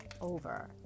over